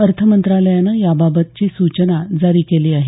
अर्थमंत्रालयानं याबाबतची सूचना जारी केली आहे